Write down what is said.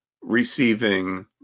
receiving